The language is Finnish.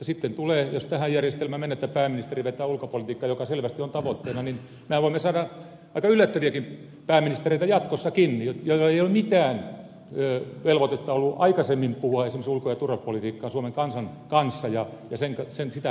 sitten jos tähän järjestelmään mennään että pääministeri vetää ulkopolitiikkaa mikä selvästi on tavoitteena niin mehän voimme saada jatkossakin aika yllättäviäkin pääministereitä joilla ei ole mitään velvoitetta ollut aikaisemmin puhua esimerkiksi ulko ja turvallisuuspolitiikkaa suomen kansan kanssa ja sitä kuullen